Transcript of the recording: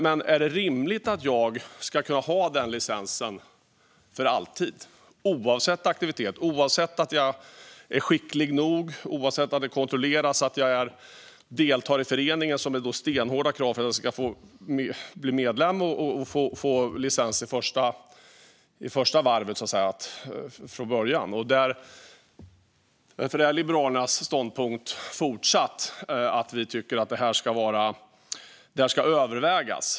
Men är det rimligt att jag ska ha den licensen för alltid, oavsett aktivitet, oavsett om jag är skicklig nog, oavsett om det kontrolleras att jag deltar i föreningens aktiviteter, med föreningens stenhårda krav för att bli medlem? Vi liberaler tycker att denna fråga ska övervägas.